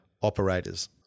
operators